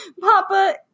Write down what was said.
Papa